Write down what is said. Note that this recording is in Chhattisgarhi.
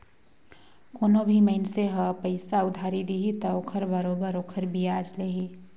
कोनो भी मइनसे ह पइसा उधारी दिही त ओखर बरोबर ओखर बियाज लेही